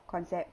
concept